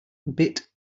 bit